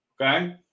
Okay